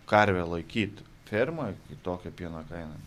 karvę laikyt fermoje kai tokia pieno kaina